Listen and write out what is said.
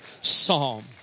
psalm